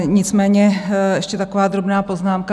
Nicméně ještě taková drobná poznámka.